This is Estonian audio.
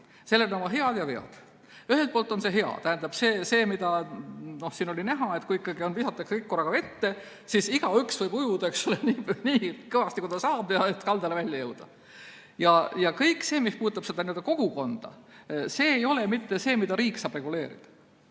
Sellel on oma head ja vead. Ühelt poolt on see hea. Nagu siin oli näha, et kui ikka visatakse kõik korraga vette, siis igaüks ujub nii kõvasti, kui ta saab, et kaldale välja jõuda. Kõik see, mis puudutab kogukonda, ei ole mitte see, mida riik saab reguleerida.